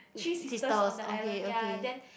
three sisters on the island ya then